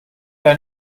ein